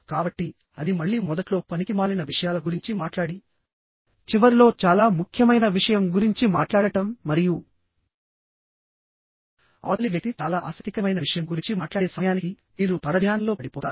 కాబట్టిఅది మళ్లీ మొదట్లో పనికిమాలిన విషయాల గురించి మాట్లాడిచివర్లో చాలా ముఖ్యమైన విషయం గురించి మాట్లాడటం మరియు అవతలి వ్యక్తి చాలా ఆసక్తికరమైన విషయం గురించి మాట్లాడే సమయానికి మీరు పరధ్యానంలో పడిపోతారు